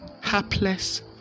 hapless